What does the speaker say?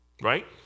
Right